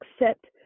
accept